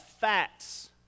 facts